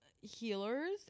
healers